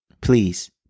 Please